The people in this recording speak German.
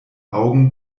augen